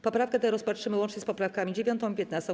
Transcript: Poprawkę tę rozpatrzymy łącznie z poprawkami 9. i 15.